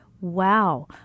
wow